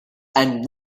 and